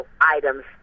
items